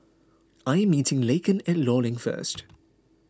I am meeting Laken at Law Link first